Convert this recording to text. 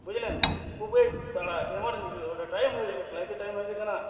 বুঝলেন খুবই তাড়া আছে ইমারজেন্সি ব্যাপারটা টাইম হয়ে গিয়েছে ফ্লাইটের টাইম হয়ে গিয়েছে না